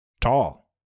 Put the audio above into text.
Tall